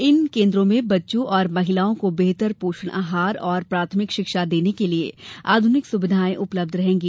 इन केन्द्रों में बच्चों और महिलाओं को बेहतर पोषण आहार और प्राथमिक शिक्षा देने के लिये आधुनिक सुविधाएं उपलब्ध रहेंगी